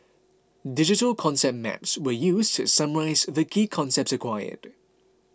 digital concept maps were used to summarise the key concepts acquired